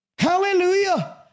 Hallelujah